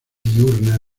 diurna